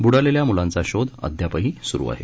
ब्डालेल्या म्लांचा शोध अद्यापही स्रु आहे